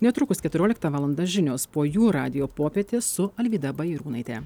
netrukus keturiolikta valanda žinios po jų radijo popietė su alvyda bajarūnaite